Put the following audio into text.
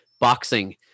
boxing